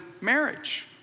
marriage